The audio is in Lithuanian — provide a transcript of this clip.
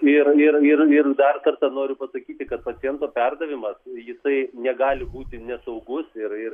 ir ir ir ir dar kartą noriu pasakyti kad paciento perdavimas jisai negali būti nesaugus ir ir